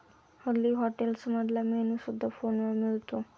हल्ली हॉटेल्समधला मेन्यू सुद्धा फोनवर मिळतो